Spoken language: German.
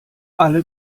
alle